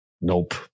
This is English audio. Nope